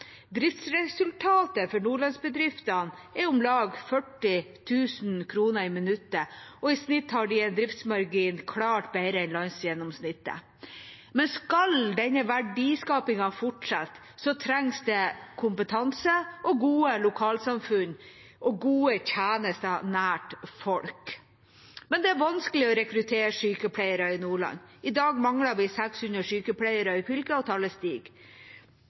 Driftsresultatet for nordlandsbedriftene er om lag 40 000 kr i minuttet, og i snitt har de en driftsmargin klart bedre enn landsgjennomsnittet. Skal denne verdiskapingen fortsette, trengs det kompetanse, gode lokalsamfunn og gode tjenester nært folk. Men det er vanskelig å rekruttere sykepleiere i Nordland. I dag mangler vi 600 sykepleiere i fylket, og